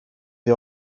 the